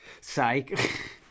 psych